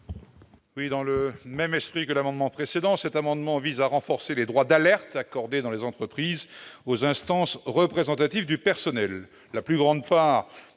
Dans le même esprit que le précédent, cet amendement vise à renforcer les droits d'alerte accordés, dans les entreprises, aux instances représentatives du personnel. La plus grande part